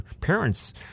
parents